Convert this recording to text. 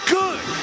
good